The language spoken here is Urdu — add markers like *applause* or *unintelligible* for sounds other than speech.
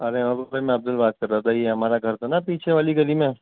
ارے *unintelligible* میں عبدل کر رہا تھا یہ ہمارا گھر تھا نا پیچھے والی گلی میں